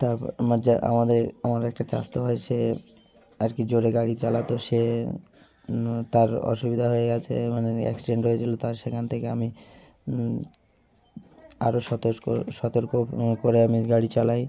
তারপর আমার যা আমাদের আমার একটা চাস্তো ভাই সে আরকি জোরে গাড়ি চালাতো সে তার অসুবিধা হয়ে গেছে মানে অ্যাক্সিডেন্ট হয়েছিলো তার সেখান থেকে আমি আরো সতস্ক সতর্ক করে আমি গাড়ি চালাই